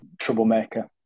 troublemaker